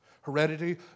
heredity